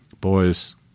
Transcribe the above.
boys